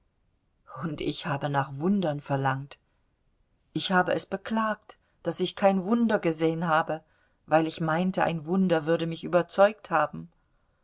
und ich habe nach wundern verlangt ich habe es beklagt daß ich kein wunder gesehen habe weil ich meinte ein wunder würde mich überzeugt haben